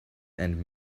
and